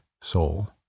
soul